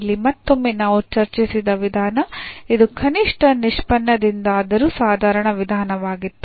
ಇಲ್ಲಿ ಮತ್ತೊಮ್ಮೆ ನಾವು ಚರ್ಚಿಸಿದ ವಿಧಾನ ಇದು ಕನಿಷ್ಠ ನಿಷ್ಪನ್ನದಿಂದಾದರೂ ಸಾಧಾರಣ ವಿಧಾನವಾಗಿತ್ತು